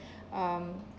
um